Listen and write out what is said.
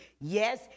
Yes